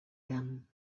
them